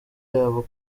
yabo